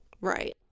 Right